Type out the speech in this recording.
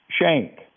shank